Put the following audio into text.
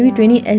yeah